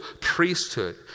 priesthood